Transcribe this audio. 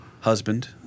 Husband